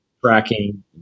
tracking